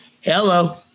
Hello